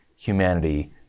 humanity